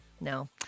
no